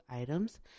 items